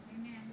Amen